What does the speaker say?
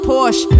Porsche